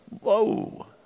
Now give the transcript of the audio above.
whoa